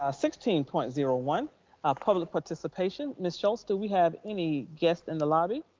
ah sixteen point zero one public participation. ms. schulz, do we have any guests in the lobby?